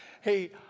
Hey